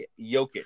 Jokic